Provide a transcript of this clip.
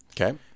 Okay